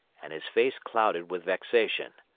and his face clouded with vexation.